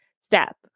step